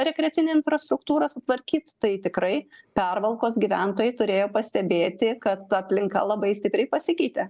rekreacinę infrastruktūrą sutvarkyt tai tikrai pervalkos gyventojai turėjo pastebėti kad aplinka labai stipriai pasikeitė